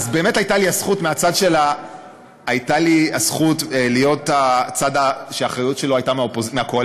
אז באמת הייתה לי הזכות להיות הצד שהאחריות שלו הייתה מהקואליציה